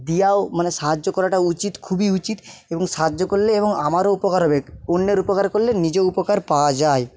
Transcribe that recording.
দিয়েও মানে সাহায্য করাটা উচিত খুবই উচিত এবং সাহায্য করলে এবং আমারও উপকার হবেক অন্যের উপকার করলে নিজে উপকার পাওয়া যায়